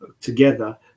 Together